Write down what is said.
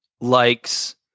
likes